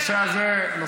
הנושא הזה מטופל,